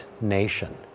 nation